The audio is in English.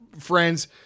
friends